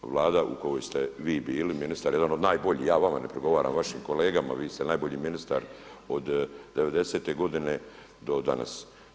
Vlada u kojoj ste vi bili ministar jedan od najboljih, ja vama ne prigovaram, vašim kolegama, vi ste najbolji ministar od '90.-te godine do danas.